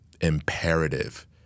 imperative